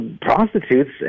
prostitutes